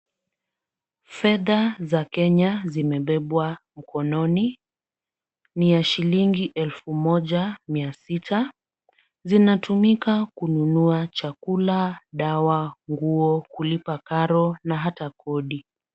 Fedha za Kenya zimebebwa mkononi, ni ya shilingi elfu moja mia sita. Zinatumika kununua chakula, dawa, nguo, kulipa karo na hata kodi.